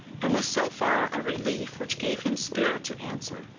and was so far a relief, which gave him spirit to answer,